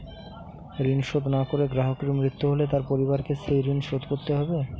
ঋণ শোধ না করে গ্রাহকের মৃত্যু হলে তার পরিবারকে সেই ঋণ শোধ করতে হবে?